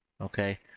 okay